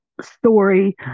story